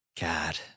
God